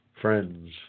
friends